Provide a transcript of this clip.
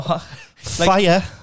Fire